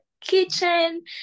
kitchen